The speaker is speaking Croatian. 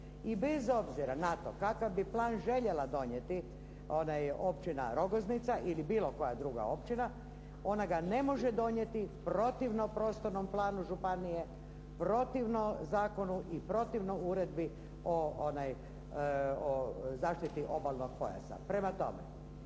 I bez obzira na to kakav bi plan željela donijeti, ona je općina Rogoznica ili bilo koja druga općina, ona ga ne može donijeti protivno prostornom planu županije, protivno zakonu i protivno uredbi o zaštiti obalnog pojasa. Prema tome,